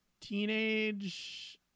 teenage